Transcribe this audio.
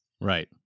Right